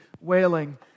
wailing